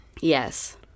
Yes